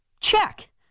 Check